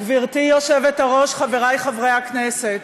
גברתי היושבת-ראש, חברי חברי הכנסת,